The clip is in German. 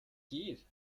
geht